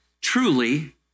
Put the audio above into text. truly